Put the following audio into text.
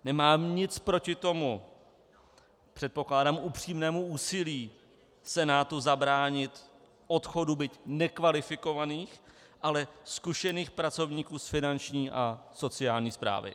Nemám nic proti tomu, předpokládám, upřímnému úsilí Senátu zabránit odchodu byť nekvalifikovaných, ale zkušených pracovníků z finanční a sociální správy.